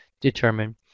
determine